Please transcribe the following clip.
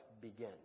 begin